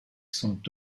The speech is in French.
sont